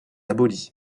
aboli